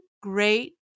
great